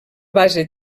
base